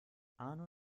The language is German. arno